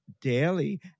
daily